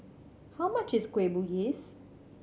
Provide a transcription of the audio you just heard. how much is Kueh Bugis